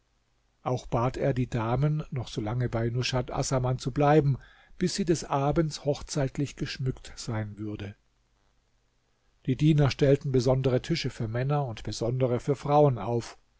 auch bat er die damen noch solange bei nushat assaman zu bleiben bis sie des abends hochzeitlich geschmückt sein würde die diener stellten besondere tische für männer und besondere für frauen auf